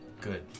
good